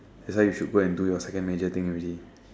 that's why you should go and do your second major thing already